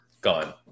gone